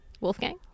Wolfgang